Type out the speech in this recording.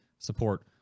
support